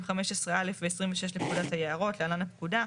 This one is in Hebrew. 15(א) ו-26 לפקודת היערות (להלן הפקודה),